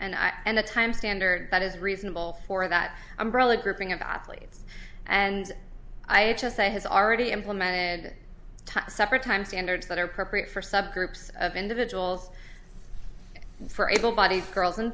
and and the time standard that is reasonable for that umbrella group ing of athletes and i have to say has already implemented separate time standards that are appropriate for subgroups of individuals for able bodied girls and